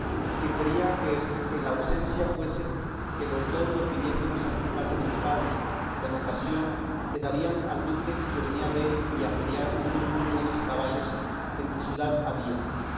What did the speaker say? y que quería que el ausencia fuese que los dos nos viniésemos en casa de mi padre con ocasión que darían al duque que venía a ver y a feriar unos muy buenos caballos que en mi ciudad había